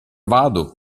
vado